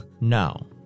No